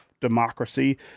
democracy